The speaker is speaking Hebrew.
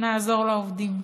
נעזור לעובדים.